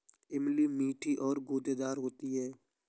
इमली मीठी और गूदेदार होती है